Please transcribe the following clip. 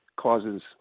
causes